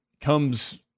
comes